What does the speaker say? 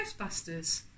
Ghostbusters